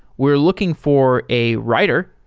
we're looking for a writer.